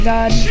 God